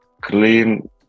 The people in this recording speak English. clean